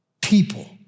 People